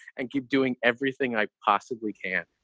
and keep doing everything i possibly can